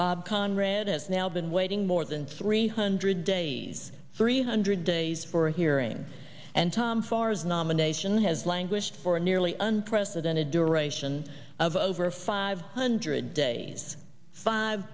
bob conrad has now been waiting more than three hundred days three hundred days for hearings and tom fars nomination has languished for nearly unprecedented duration of over five hundred days five